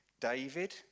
David